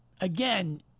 again